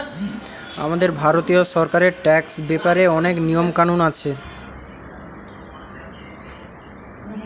আমাদের ভারতীয় সরকারের ট্যাক্স ব্যাপারে অনেক নিয়ম কানুন আছে